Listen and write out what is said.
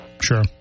Sure